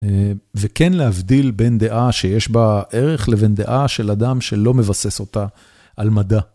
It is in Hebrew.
וכן להבדיל בין דעה שיש בה ערך לבין דעה של אדם שלא מבסס אותה על מדע.